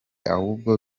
ahubwo